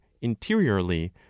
interiorly